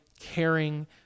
caring